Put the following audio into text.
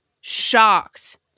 shocked